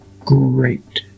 Great